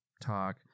talk